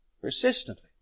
persistently